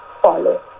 follow